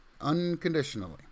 unconditionally